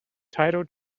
title